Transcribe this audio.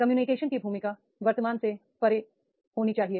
communication की भूमिका वर्तमान से परे है